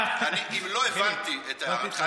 אם לא הבנתי את הערתך,